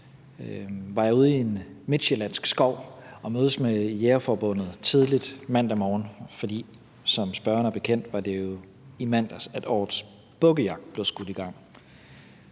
jeg ude i en midtsjællandsk skov at mødes med Jægerforbundet tidligt om morgenen, for som det er spørgeren bekendt, var det i mandags, at årets bukkejagt blev skudt i gang.